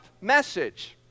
message